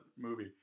movie